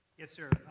yes, sir.